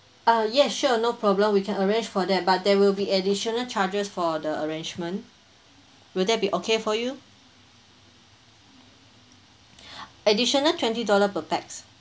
uh ya sure no problem we can arrange for that but there will be additional charges for the arrangement will that be okay for you additional twenty dollar per pax